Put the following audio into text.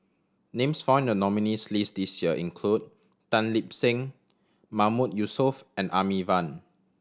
names found in the nominees' list this year include Tan Lip Seng Mahmood Yusof and Amy Van